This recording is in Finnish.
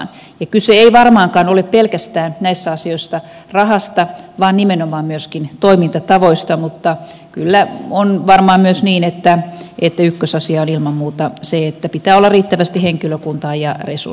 ja kyse ei varmaankaan ole pelkästään näissä asioissa rahasta vaan nimenomaan myöskin toimintatavoista mutta kyllä on varmaan myös niin että ykkösasia on ilman muuta se että pitää olla riittävästi henkilökuntaa ja resursseja